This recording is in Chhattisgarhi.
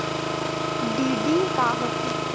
डी.डी का होथे?